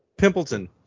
Pimpleton